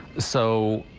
so.